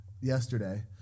yesterday